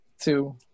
two